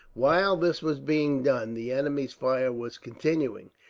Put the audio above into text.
while this was being done the enemy's fire was continuing,